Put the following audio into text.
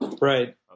Right